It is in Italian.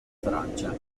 francia